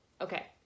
okay